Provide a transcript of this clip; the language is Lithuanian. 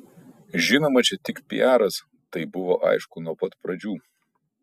žinoma čia tik piaras tai buvo aišku nuo pat pradžių